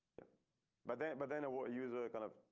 but then but then it will use a kind of.